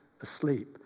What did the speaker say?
asleep